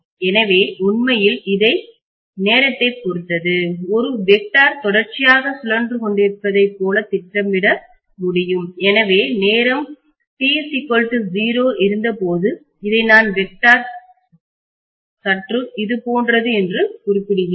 எனவே உண்மையில் இதை நேரத்தை பொறுத்து ஒரு வெக்ட்டார் திசையன் தொடர்ச்சியாக சுழன்று கொண்டிருப்பதைப் போல திட்டமிட முடியும் எனவே நேரம் t 0 இருந்தபோது இதை நான் வெக்ட்டார் சற்று இது போன்றது என்று குறிப்பிடுகிறேன்